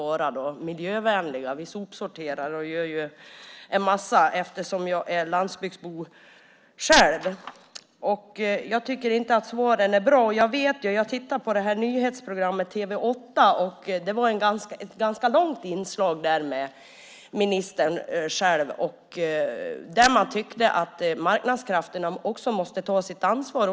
Jag är själv landsbygdsbo; vi sopsorterar och gör en mängd andra saker. Jag tycker inte att svaren är bra. Jag tittade på nyhetsprogrammet i TV 8. Där sändes ett ganska långt inslag med ministern. Hon tyckte att också marknadskrafterna måste ta sitt ansvar.